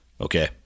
Okay